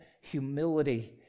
humility